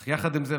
אך יחד עם זה,